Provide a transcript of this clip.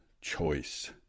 choice